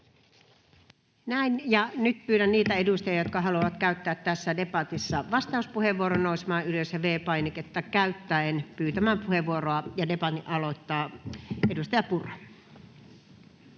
Näin. — Nyt pyydän niitä edustajia, jotka haluavat käyttää tässä debatissa vastauspuheenvuoron, nousemaan ylös ja V-painiketta käyttäen pyytämään puheenvuoroa. — Debatin aloittaa edustaja Purra.